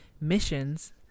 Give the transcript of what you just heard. missions